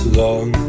long